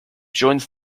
joins